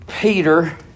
Peter